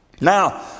Now